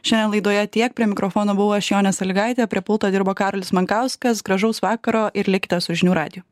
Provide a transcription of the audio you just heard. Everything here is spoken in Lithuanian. šiandien laidoje tiek prie mikrofono buvau aš jonė salygaitė o prie pulto dirbo karolis mankauskas gražaus vakaro ir likite su žinių radiju